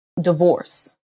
divorce